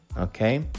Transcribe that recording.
Okay